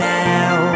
now